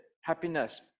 happiness